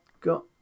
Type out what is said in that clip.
got